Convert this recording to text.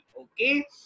Okay